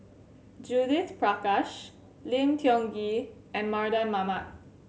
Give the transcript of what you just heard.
Judith Prakash Lim Tiong Ghee and Mardan Mamat